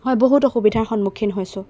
হয় বহুত অসুবিধাৰ সন্মুখীন হৈছোঁ